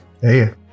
Hey